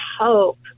hope